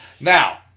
Now